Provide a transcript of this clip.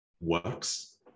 works